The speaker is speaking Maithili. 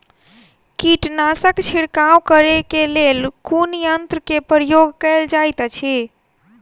कीटनासक छिड़काव करे केँ लेल कुन यंत्र केँ प्रयोग कैल जाइत अछि?